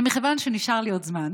ומכיוון שנשאר לי עוד זמן